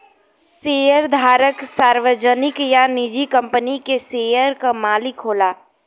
शेयरधारक सार्वजनिक या निजी कंपनी के शेयर क मालिक होला